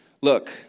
Look